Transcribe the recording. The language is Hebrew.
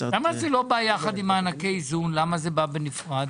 18-1102 - מענקים אזורים,